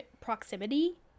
proximity